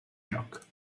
joc